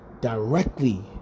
directly